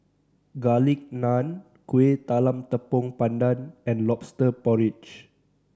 Garlic Naan Kuih Talam Tepong Pandan and Lobster Porridge